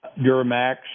Duramax